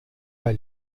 pas